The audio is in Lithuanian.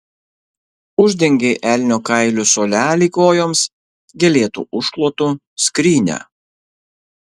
uždengei elnio kailiu suolelį kojoms gėlėtu užklotu skrynią